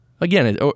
Again